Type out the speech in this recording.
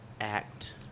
act